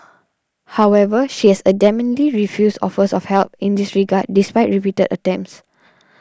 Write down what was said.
however she has adamantly refused offers of help in this regard despite repeated attempts